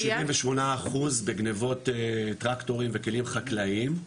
יש לנו עלייה של 78% בגניבות טרקטורים וכלים חקלאיים.